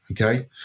okay